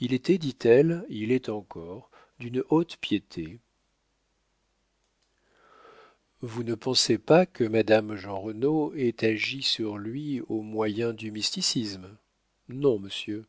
il était dit-elle il est encore d'une haute piété vous ne pensez pas que madame jeanrenaud ait agi sur lui au moyen du mysticisme non monsieur